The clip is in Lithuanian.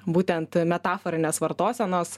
būtent metaforinės vartosenos